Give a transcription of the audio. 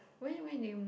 when when they